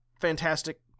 Fantastic